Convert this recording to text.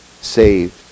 saved